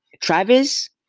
travis